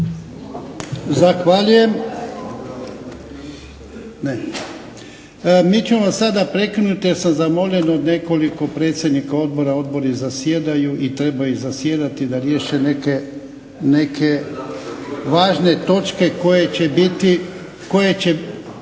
Zahvaljujem. Mi ćemo sada prekinuti, jer sam zamoljen od nekoliko predsjednika odbora, odbori zasjedaju i treba i zasjedati da riješe neke važne točke koje će biti na